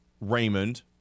Raymond